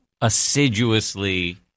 Assiduously